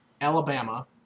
Alabama